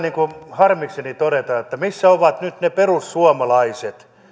harmikseni kysyä missä ovat nyt ne perussuomalaiset